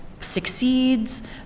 succeeds